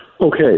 Okay